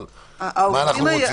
אבל מה אנחנו רוצים.